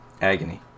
Agony